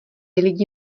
lidi